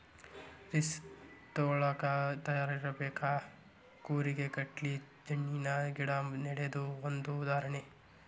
risk ತುಗೋಳಾಕ ತಯಾರ ಇರಬೇಕ, ಕೂರಿಗೆ ಗಟ್ಲೆ ಜಣ್ಣಿನ ಗಿಡಾ ನೆಡುದು ಒಂದ ಉದಾಹರಣೆ